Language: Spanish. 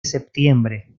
septiembre